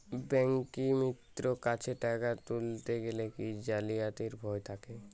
ব্যাঙ্কিমিত্র কাছে টাকা তুলতে গেলে কি জালিয়াতির ভয় থাকে?